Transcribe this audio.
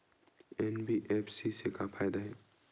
NBFC से का फ़ायदा हे?